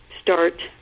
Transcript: start